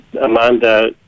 Amanda